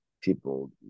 people